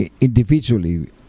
individually